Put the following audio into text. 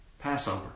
Passover